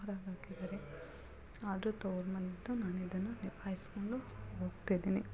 ಹೊರಗೆ ಹಾಕಿದ್ದಾರೆ ಆದರೂ ತವ್ರು ಮನೆ ನಾನು ಇದನ್ನು ನಿಭಾಯಿಸಿಕೊಂಡು ಹೋಗ್ತಿದೀನಿ